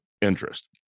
interest